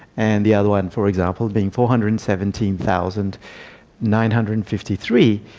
and the other one, for example, being four hundred and seventeen thousand nine hundred and fifty three,